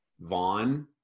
Vaughn